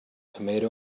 tomato